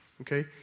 okay